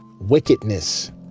wickedness